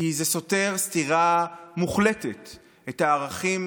כי זה סותר סתירה מוחלטת את הערכים